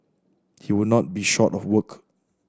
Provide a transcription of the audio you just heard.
he would not be short of work